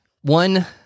One